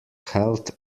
health